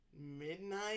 midnight